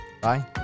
Bye